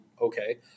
Okay